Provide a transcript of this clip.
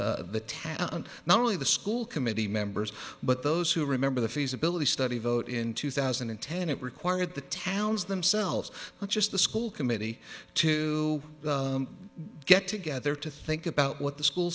talent not only the school committee members but those who remember the feasibility study vote in two thousand and ten it required the town's themselves not just the school committee to get together to think about what the school